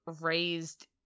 raised